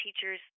teachers